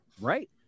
Right